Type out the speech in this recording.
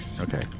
Okay